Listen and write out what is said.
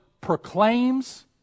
proclaims